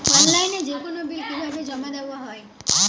অনলাইনে যেকোনো বিল কিভাবে জমা দেওয়া হয়?